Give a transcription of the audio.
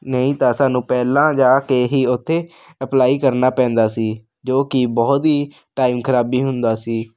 ਨਹੀਂ ਤਾਂ ਸਾਨੂੰ ਪਹਿਲਾਂ ਜਾ ਕੇ ਹੀ ਉੱਥੇ ਅਪਲਾਈ ਕਰਨਾ ਪੈਂਦਾ ਸੀ ਜੋ ਕਿ ਬਹੁਤ ਹੀ ਟਾਈਮ ਖ਼ਰਾਬੀ ਹੁੰਦਾ ਸੀ